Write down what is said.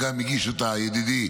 והגיש אותה גם ידידי,